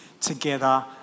together